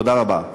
תודה רבה.